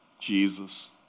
Jesus